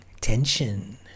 tension